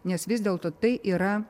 nes vis dėlto tai yra